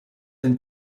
ein